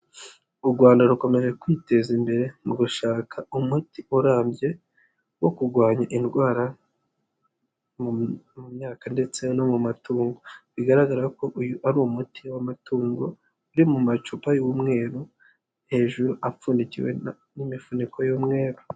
U Rwanda rukomeje kwiteza imbere mu gushaka umuti urambye wo kurwanya indwara mu myaka ndetse no mu matungo, bigaragara ko uyu ari umuti w'amatungo uri mu macupa y'umweru, hejuru apfundikiwe n'imifuniko y'umweru.